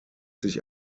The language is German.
sich